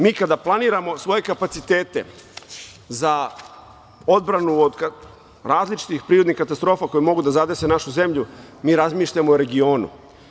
Mi kada planiramo svoje kapacitete za odbranu od različitih prirodnih katastrofa koje mogu da zadese našu zemlju, mi razmišljamo o regionu.